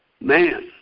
man